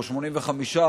או 85%,